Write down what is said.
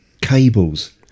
Cables